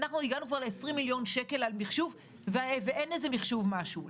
אנחנו הגענו כבר ל-20 מיליון שקל על מחשוב ואין איזה מחשוב משהו,